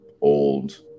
old